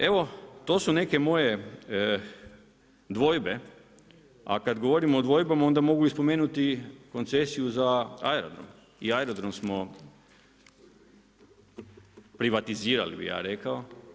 Evo, to su neke moje dvojbe, a kad govorimo o dvojbama, onda mogu i spomenuti koncesiju za aerodrom, i aerodrom smo privatizirali bi ja rekao.